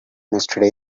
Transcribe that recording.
yesterday